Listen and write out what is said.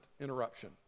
interruption